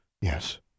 Yes